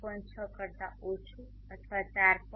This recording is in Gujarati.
6 કરતાં ઓછુ અથવા4